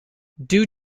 due